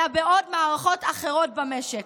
אלא בעוד מערכות אחרות במשק.